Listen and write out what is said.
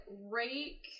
rake